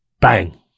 Bang